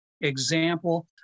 example